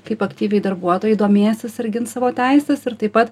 kaip aktyviai darbuotojai domėsis ar gins savo teises ir taip pat